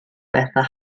bethau